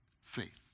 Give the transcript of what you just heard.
faith